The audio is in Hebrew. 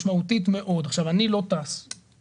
לא שמעתי שמתאבדים על הרכבת לאילת,